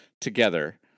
together